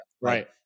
Right